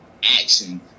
action